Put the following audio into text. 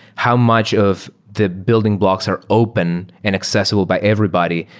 how much of the building blocks are open and accessible by everybody?